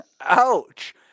Ouch